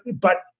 but,